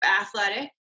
athletic